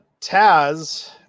Taz